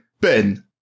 Ben